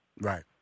Right